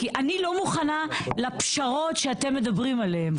כי אני לא מוכנה לפשרות שאתם מדברים עליהם.